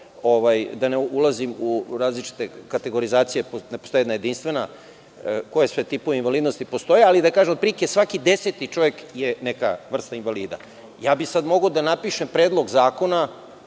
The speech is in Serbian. da ne ulazim u različite kategorizacije, ne postoji jedna jedinstvena koje sve tipove invalidnosti postoji, ali otprilike svaki deseti čovek je neka vrsta invalida. Sada bih mogao da napišem predlog zakona